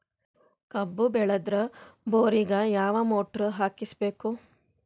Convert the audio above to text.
ಕಬ್ಬು ಬೇಳದರ್ ಬೋರಿಗ ಯಾವ ಮೋಟ್ರ ಹಾಕಿಸಬೇಕು?